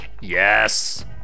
yes